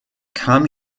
kam